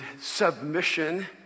submission